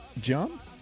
jump